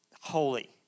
holy